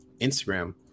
instagram